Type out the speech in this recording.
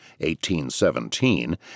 1817